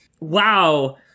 wow